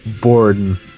bored